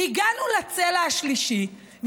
הגענו לצלע השלישית,